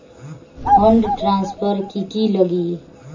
Fund transfer कि की लगी?